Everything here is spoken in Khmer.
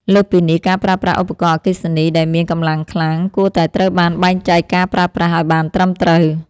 លើសពីនេះ ការប្រើប្រាស់ឧបករណ៍អគ្គិសនីដែលមានកម្លាំងខ្លាំង គួរតែត្រូវបានបែងចែកការប្រើប្រាស់ឱ្យបានត្រឹមត្រូវ។